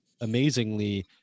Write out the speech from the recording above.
amazingly